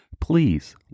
Please